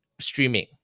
streaming